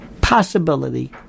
possibility